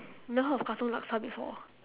you never heard of katong laksa before ah